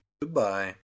Goodbye